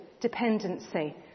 dependency